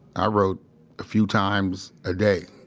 i wrote a few times a day,